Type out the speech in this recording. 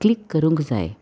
click करूंक जाय